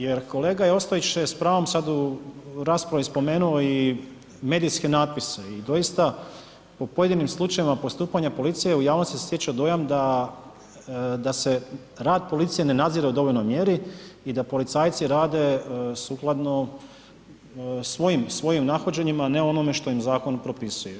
Jer kolega Ostojić je s pravom sad u raspravi spomenuo i medijske natpise i doista po pojedinim slučajevima postupanja policije u javnosti se stječe dojam da se rad policije ne nadzire u dovoljnoj mjeri i da policajci rade sukladno svojim nahođenjima, a ne onome što im zakon propisuje.